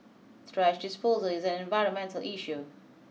trash disposal is an environmental issue